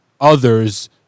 others